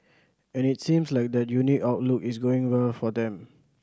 and it seems like that unique outlook is going well for them